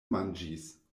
manĝis